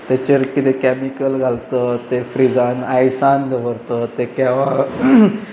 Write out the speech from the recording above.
तेचेर कितें कॅमिकल घालता ते फ्रिजान आयसान दवरता ते केवा